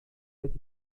êtes